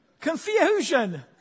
Confusion